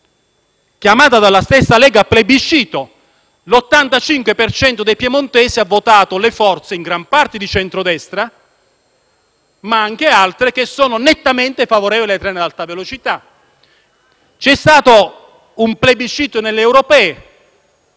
tale dalla stessa Lega: l'85 per cento dei piemontesi ha votato forze - in gran parte di centrodestra ma anche altre - che sono nettamente favorevoli ai treni ad alta velocità. C'è stato un plebiscito nelle elezioni